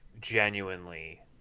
genuinely